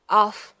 off